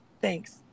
Thanks